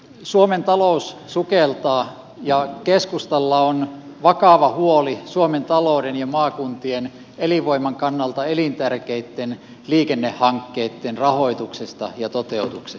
suomen talous sukeltaa ja keskustalla on vakava huoli suomen talouden ja maakuntien elinvoiman kannalta elintärkeitten liikennehankkeitten rahoituksesta ja toteutuksesta